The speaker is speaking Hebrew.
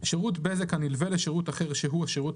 הפטור הראשון הוא לשירות בזק הנלווה לשירות אחר שהוא השירות